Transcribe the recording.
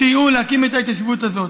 סייעו להקים את ההתיישבות הזאת.